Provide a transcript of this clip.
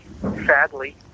Sadly